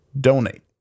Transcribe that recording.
donate